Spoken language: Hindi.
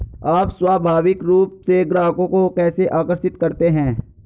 आप स्वाभाविक रूप से ग्राहकों को कैसे आकर्षित करते हैं?